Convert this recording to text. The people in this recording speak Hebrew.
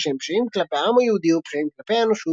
ושהם פשעים כלפי העם היהודי או פשעים כלפי האנושות,